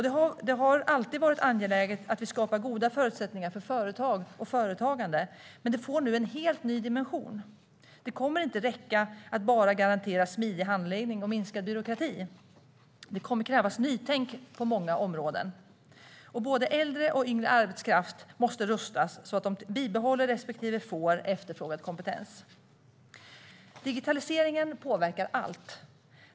Det har alltid varit angeläget att skapa goda förutsättningar för företag och företagande men det får nu en helt ny dimension. Det kommer inte räcka att "bara" garantera smidig handläggning och minskad byråkrati. Det kommer att krävas nytänk på många områden. Och både äldre och yngre arbetskraft måste rustas så att de bibehåller respektive får efterfrågad kompetens. Digitaliseringen påverkar allt.